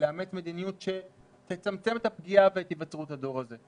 ולאמץ מדיניות שתצמצם את הפגיעה ואת היווצרות הדור האבוד הזה,